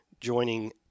joining